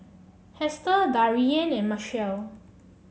Hester Darien and Machelle